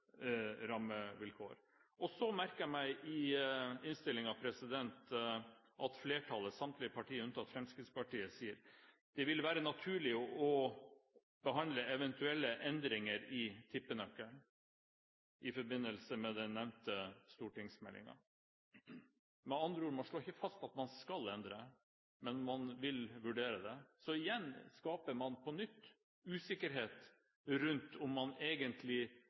Så merket jeg meg at flertallet i innstillingen – samtlige partier unntatt Fremskrittspartiet – sier: «Det vil være naturlig å behandle eventuelle endringer i tippenøkkelen i forbindelse med nevnte stortingsmelding.» Med andre ord: Man slår ikke fast at man skal endre, men man vil vurdere det. Så igjen skaper man usikkerhet om man i denne sal egentlig ønsker å endre tippenøkkelen, eller om man